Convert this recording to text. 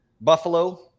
buffalo